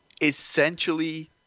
essentially